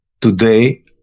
today